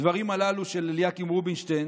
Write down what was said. הדברים הללו של אליקים רובינשטיין